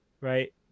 Right